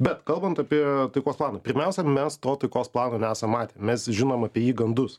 bet kalbant apie taikos planą pirmiausia mes to taikos plano nesam matę mes žinom apie jį gandus